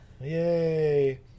Yay